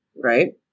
Right